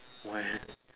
why eh